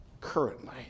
currently